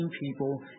people